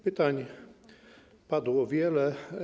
Pytań padło wiele.